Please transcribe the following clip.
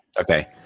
Okay